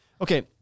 Okay